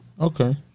Okay